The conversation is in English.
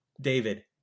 David